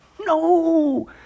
No